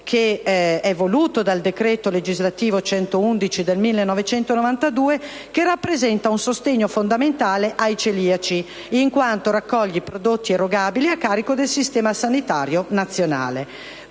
(previsto dal decreto legislativo n. 111 del 1992), che rappresenta un sostegno fondamentale ai celiaci, in quanto raccoglie i prodotti erogabili a carico del Sistema sanitario nazionale.